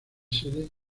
sede